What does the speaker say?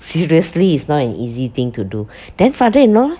seriously it's not an easy thing to do then father-in-law leh